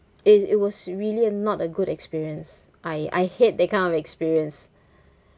it it was really a not a good experience I I hate that kind of experience